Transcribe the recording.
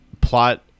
plot –